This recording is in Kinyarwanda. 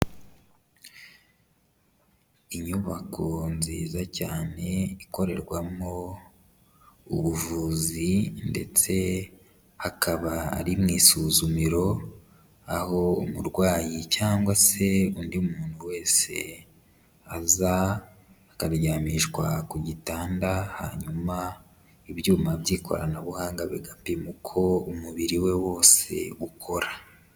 Inyubako nziza cyane ikorerwamo ubuvuzi ndetse hakaba ari mu isuzumiro, aho umurwayi cyangwa se undi muntu wese aza akaryamishwa ku gitanda hanyuma ibyuma by'ikoranabuhanga bigapima uko umubiri we wose ukora.